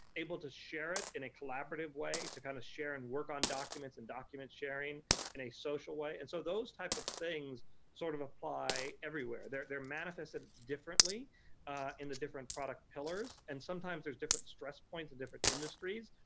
able to share it in a collaborative way, it's a kind of share and work on documents and document sharing in a social way. and so those types of things sort of apply everywhere. they're they're manifested differently in the different product pillars, and sometimes theirs different stress point for different industries.